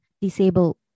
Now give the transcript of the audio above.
disabled